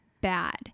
Bad